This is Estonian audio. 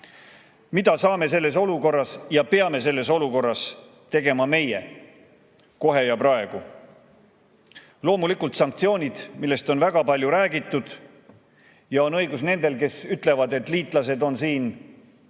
saame selles olukorras teha ja peame selles olukorras tegema meie, kohe ja praegu? Loomulikult sanktsioonid, millest on väga palju räägitud. Ja on õigus nendel, kes ütlevad, et liitlased on siin